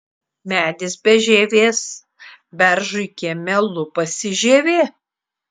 medis be žievės beržui kieme lupasi žievė